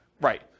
Right